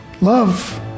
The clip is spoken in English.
Love